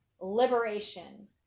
liberation